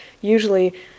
usually